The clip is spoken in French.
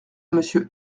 monsieur